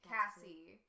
Cassie